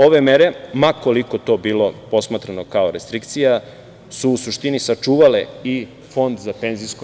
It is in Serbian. Ove mere, ma koliko to bilo posmatrano kao restrikcija, su u suštini sačuvale i Fond za PIO.